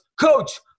Coach